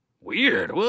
Weird